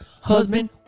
husband